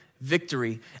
victory